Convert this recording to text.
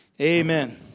Amen